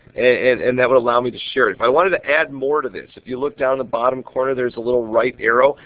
and and that will allow me to share it. if i wanted to add more to this, if you look down bottom corner there is a little right arrow,